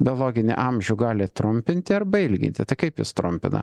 biologinį amžių gali trumpinti arba ilginti tai kaip jis trumpina